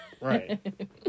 Right